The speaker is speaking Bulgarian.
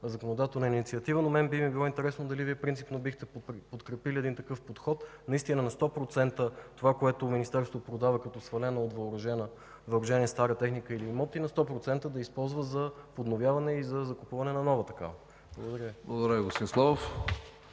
законодателна инициатива, но на мен би ми било интересно дали Вие принципно бихте подкрепили един такъв подход, наистина това, което Министерството продава като свалена от въоръжение стара техника или имоти, на 100% да се използва за подновяване и за закупуване на нова такава. Благодаря Ви.